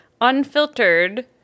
unfiltered